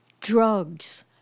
Drugs